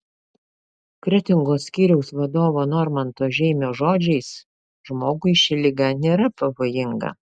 kretingos skyriaus vadovo normanto žeimio žodžiais žmogui ši liga nėra pavojinga